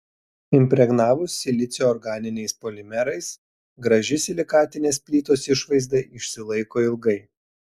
impregnavus silicio organiniais polimerais graži silikatinės plytos išvaizda išsilaiko ilgai